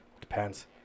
depends